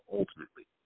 ultimately